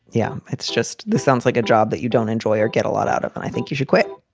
yeah. it's just this sounds like a job that you don't enjoy or get a lot out of. and i think you should quit.